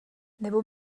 nebo